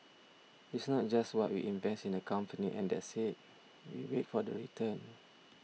it's not just what we invest in the company and that's it we wait for the return